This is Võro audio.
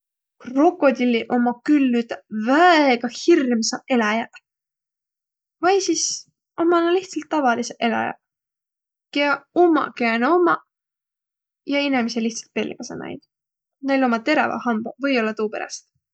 Krokodilliq ommaq külh nüüd väega hirmsaq eläjäq. Vai sis ommaq nä lihtsält tavaliseq eläjäq, kiä ommaq, kiä nä ommaq, ja inemiseq lihtsält pelgäseq näid. Näil ommaq teräväq hambaq, või-ollaq tuuperäst.